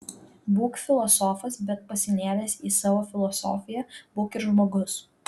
būk filosofas bet pasinėręs į savo filosofiją būk ir žmogus